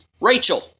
Rachel